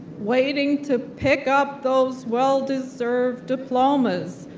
waiting to pick up those well deserved diplomas,